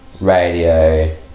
radio